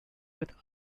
with